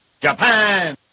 Japan